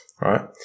right